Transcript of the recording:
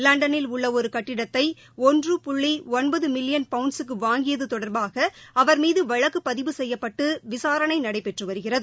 லண்டனில் உள்ளஒருகட்டிடத்தைஒன்று புள்ளிஒன்பதுமில்லியன் பவுண்ட்ஸுக்குவாங்கியதுதொடா்பாகஅவா் மீதுவழக்குபதிவு செய்யப்பட்டுவிசாரணைநடைபெற்றுவருகிறது